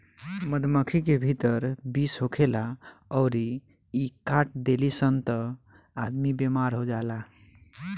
मधुमक्खी के भीतर विष होखेला अउरी इ काट देली सन त आदमी बेमार हो जाला